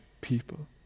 people